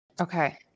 Okay